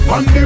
One